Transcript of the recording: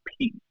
peace